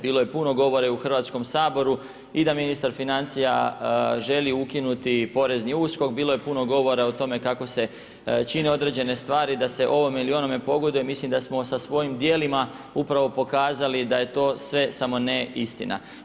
Bilo je puno govora i u Hrvatskom saboru i da ministar financija želi ukinuti porezni uskok, bilo je puno govora o tome kako se čine određene stvari, da se ovome ili onome pogoduju, mislim da smo sa svojim dijelima upravo pokazali da je to sve samo ne istina.